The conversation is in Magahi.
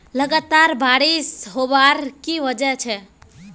लगातार बारिश होबार की वजह छे?